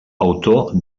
autor